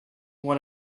one